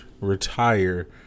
retire